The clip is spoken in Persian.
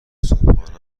صبحانه